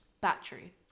battery